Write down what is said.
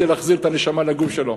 טבק, כדי להחזיר את הנשמה לגוף שלו.